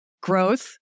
growth